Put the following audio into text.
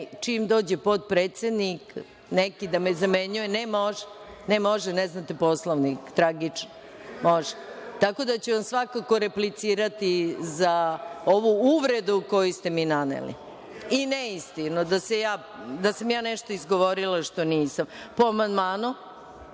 čim dođe potpredsenik neki da me zamenjuje. Vi, ne možete, ne znate Poslovnik, tragično. Tako da ću vam svakako replicirati za ovu uvredu koju ste mi naneli i neistinu, da sam ja nešto izgovorila što nisam. Reč ima